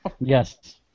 Yes